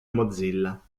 mozilla